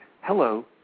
hello